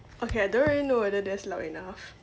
okay I don't really know whether that's loud enough